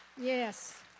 Yes